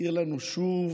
מזכיר לנו שוב